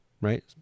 Right